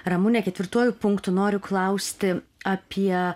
ramune ketvirtuoju punktu noriu klausti apie